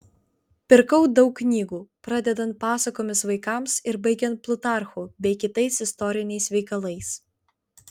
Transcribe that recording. pirkau daug knygų pradedant pasakomis vaikams ir baigiant plutarchu bei kitais istoriniais veikalais